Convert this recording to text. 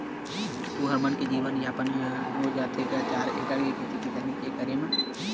तुँहर मन के जीवन यापन हो जाथे गा चार एकड़ के खेती किसानी के करई म?